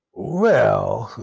well,